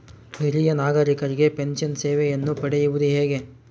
ಹಿರಿಯ ನಾಗರಿಕರಿಗೆ ಪೆನ್ಷನ್ ಸೇವೆಯನ್ನು ಪಡೆಯುವುದು ಹೇಗೆ?